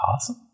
Awesome